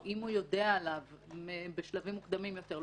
או אם הוא יודע עליו בשלבים מוקדמים יותר,